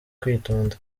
kwitonda